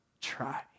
try